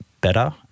better